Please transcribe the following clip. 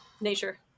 nature